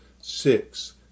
Six